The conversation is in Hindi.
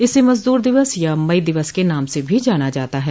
इसे मजदूर दिवस या मई दिवस के नाम से भी जाना जाता है